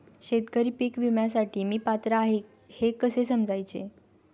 शेतकरी पीक विम्यासाठी मी पात्र आहे हे कसे समजायचे?